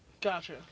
Gotcha